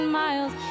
miles